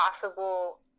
possible